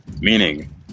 Meaning